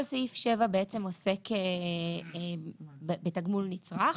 כל סעיף 7 עוסק בתגמול נצרך,